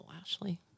Ashley